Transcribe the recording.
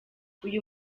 uyu